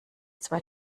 zwei